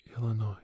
Illinois